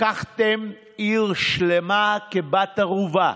לקחתם עיר שלמה כבת ערובה.